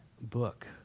book